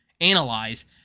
analyze